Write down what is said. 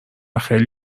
خیلی